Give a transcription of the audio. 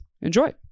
Enjoy